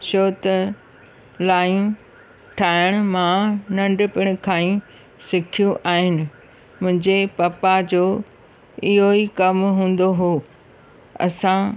छो त लाइयूं ठाहिण मां नंढपण खां ई सिखियूं आहिनि मुंहिंजे पपा जो इहो ई कमु हूंदो हुओ असां